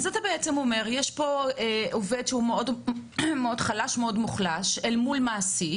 אז אתה אומר: יש פה עובד שהוא מאוד חלש ומוחלש אל מול מעסיק,